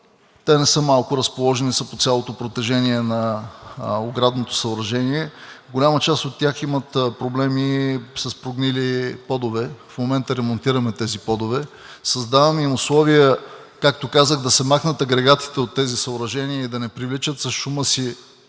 Те не са малко, разположени са по цялото протежение на оградното съоръжение. Голяма част от тях имат проблеми с прогнили подове. В момента ремонтираме тези подове. Създаваме им условия, както казах, да се махнат агрегатите от тези съоръжения и да не привличат с шума си